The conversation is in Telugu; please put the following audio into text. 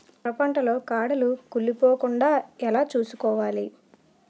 సొర పంట లో కాడలు కుళ్ళి పోకుండా ఎలా చూసుకోవాలి?